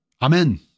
Amen